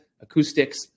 acoustics